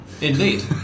indeed